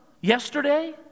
yesterday